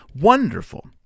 wonderful